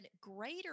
greater